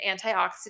antioxidant